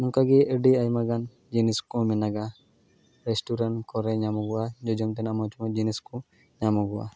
ᱚᱱᱠᱟᱜᱮ ᱟᱹᱰᱤ ᱟᱭᱢᱟᱜᱟᱱ ᱡᱤᱱᱤᱥᱠᱚ ᱢᱮᱱᱟᱜᱟ ᱨᱮᱥᱴᱩᱨᱮᱱᱴ ᱠᱚᱨᱮ ᱧᱟᱢᱚᱜᱚᱜᱼᱟ ᱡᱚᱡᱚᱢᱛᱮᱱᱟᱜ ᱢᱚᱡᱽᱼᱢᱚᱡᱽ ᱡᱤᱱᱤᱥ ᱠᱚ ᱧᱟᱢᱚᱜᱚᱜᱼᱟ